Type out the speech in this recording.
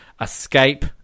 escape